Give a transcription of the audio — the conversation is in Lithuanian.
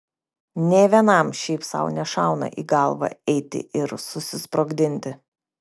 nė vienam šiaip sau nešauna į galvą eiti ir susisprogdinti